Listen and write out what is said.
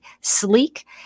sleek